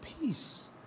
Peace